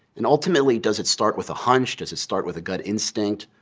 and ultimately, does it start with a hunch? does it start with a gut instinct?